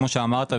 כמו שאמרת,